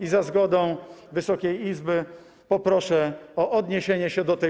i za zgodą Wysokiej Izby poproszę o odniesienie się do niej.